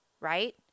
right